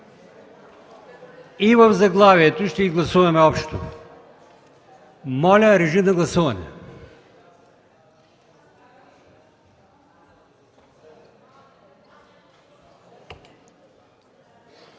и в заглавието – ще ги гласуваме общо. Моля, режим на гласуване.